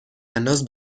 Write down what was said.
انداز